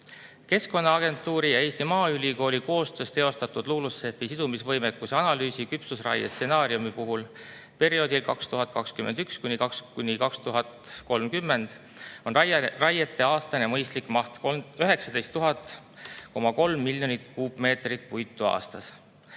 Keskkonnaagentuuri ja Eesti Maaülikooli koostöös teostatud LULUCF-i [sektori] sidumisvõimekuse analüüsis küpsusraie stsenaariumi puhul perioodil 2021–2030 on raiete aastane mõistlik maht 19,3 miljonit kuupmeetrit puitu aastas.